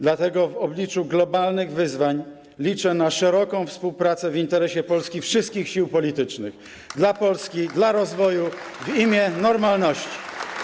Dlatego w obliczu globalnych wyzwań liczę na szeroką współpracę w interesie Polski wszystkich sił politycznych - dla Polski, dla rozwoju, w imię normalności.